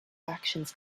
actions